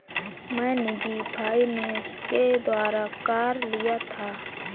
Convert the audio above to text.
मैं निजी फ़ाइनेंस के द्वारा कार लिया था